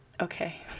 Okay